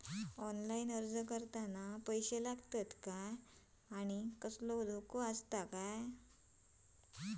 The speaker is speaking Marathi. ऑनलाइन अर्ज करताना पैशे लागतत काय आनी कसलो धोको आसा काय?